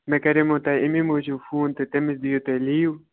مےٚ کَریومو تۄہہِ اَمی موٗجوٗب فون تہٕ تٔمِس دِیِو تُہۍ لیٖو